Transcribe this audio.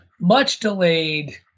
much-delayed